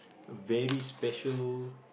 very special